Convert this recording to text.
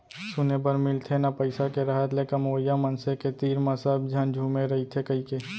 सुने बर मिलथे ना पइसा के रहत ले कमवइया मनसे के तीर म सब झन झुमे रइथें कइके